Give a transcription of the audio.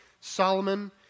Solomon